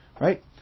right